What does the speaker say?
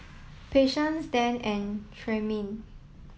Patience Dann and Tremayne